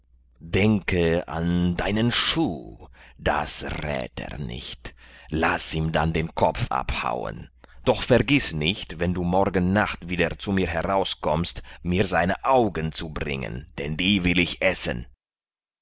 denke an deinen schuh das rät er nicht laß ihm dann den kopf abhauen doch vergiß nicht wenn du morgen nacht wieder zu mir herauskommst mir seine augen zu bringen denn die will ich essen